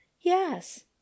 yes